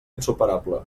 insuperable